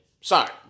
Sorry